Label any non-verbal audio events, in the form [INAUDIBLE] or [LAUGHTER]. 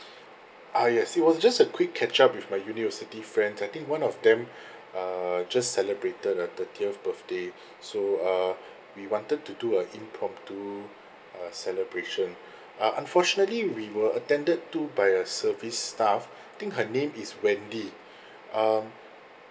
ah yes it was just a quick catch up with my university friends I think one of them [BREATH] uh just celebrated her thirtieth birthday so uh we wanted to do a impromptu uh celebration uh unfortunately we were attended to by a service staff think her name is wendy [BREATH] um